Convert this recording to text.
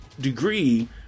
degree